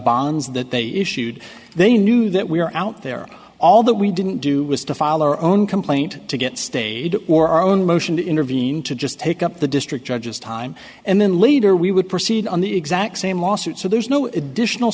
bonds that they issued they knew that we were out there all that we didn't do was to follow our own complaint to get stayed or our own motion to intervene to just pick up the district judges time and then later we would proceed on the exact same lawsuit so there's no additional